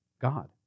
God